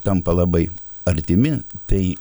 tampa labai artimi tai